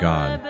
God